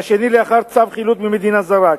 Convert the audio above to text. והשני לאחר צו חילוט ממדינה זרה.